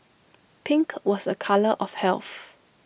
pink was A colour of health